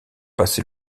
passé